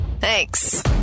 Thanks